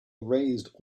erased